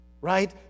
Right